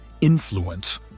influence